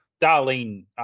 Darlene